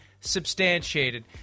substantiated